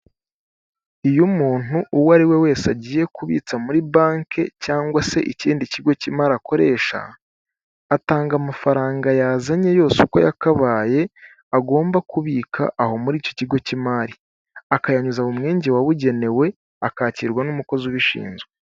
Iyo umuntu uwo ari we wese agiye kubitsa muri banki cyangwa se ikindi kigo cy'imari akoresha, atanga amafaranga yazanye yose uko yakabaye agomba kubika aho muri icyo kigo cy'imari, akayanyuza mu mwenge wabugenewe akakirwa n'umukozi ubishinzwe.